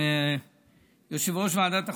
אם זה יושב-ראש ועדת החוקה,